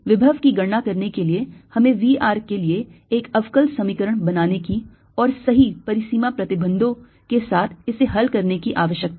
विभव की गणना करने के लिए हमें V r के लिए एक अवकल समीकरण बनाने की और सही परिसीमा प्रतिबंधों के साथ इसे हल करने की आवश्यकता है